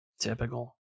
Typical